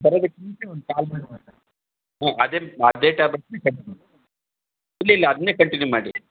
ಬರೋದಕ್ಕೆ ಮುಂಚೆ ಒಂದು ಕಾಲ್ ಮಾಡಿ ಮಾತಾಡಿ ಹಾಂ ಅದೇ ಅದೇ ಟ್ಯಾಬ್ಲೆಟ್ಸನ್ನೇ ಕಂಟಿನ್ಯೂ ಮಾಡಿ ಇಲ್ಲಿಲ್ಲ ಅದನ್ನೇ ಕಂಟಿನ್ಯೂ ಮಾಡಿ